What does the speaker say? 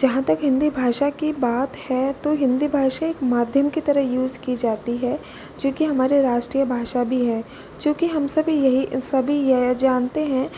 जहाँ तक हिंदी भाषा की बात है तो हिंदी भाषा एक माध्यम की तरहा यूज़ की जाती है जो कि हमारी राष्ट्रीय भाषा भी है जो कि हम सभी यही सभी यह जानते हैं